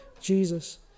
Jesus